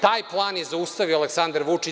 Taj plan je zaustavio Aleksandar Vučić.